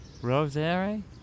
Rosary